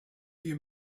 you